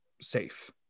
safe